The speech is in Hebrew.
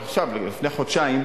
לפני חודשיים